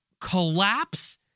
collapse